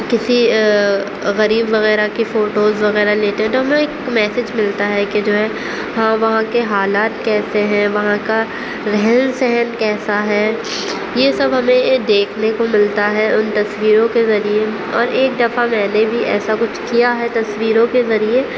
کسی غریب وغیرہ کی فوٹوز وغیرہ لیتے ہیں تو ہمیں ایک میسیج ملتا ہے کہ جو ہے ہاں وہاں کے حالات کیسے ہیں وہاں کا رہن سہن کیسا ہے یہ سب ہمیں دیکھنے کو ملتا ہے ان تصویروں کے ذریعے اور ایک دفعہ میں نے بھی ایسا کچھ کیا ہے تصویروں کے ذریعے